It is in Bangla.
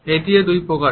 এটিও দুই প্রকারের